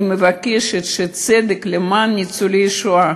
אני מבקשת צדק למען ניצולי השואה,